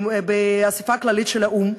באספה הכללית של האו"ם.